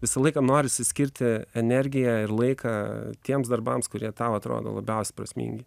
visą laiką norisi skirti energiją ir laiką tiems darbams kurie tau atrodo labiausiai prasmingi